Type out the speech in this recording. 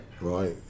right